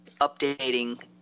updating